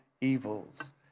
evils